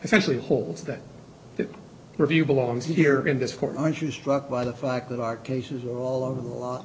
especially holds that the review belongs here in this court aren't you struck by the fact that our cases are all over the law